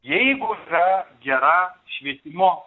jeigu yra gera švietimo